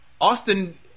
Austin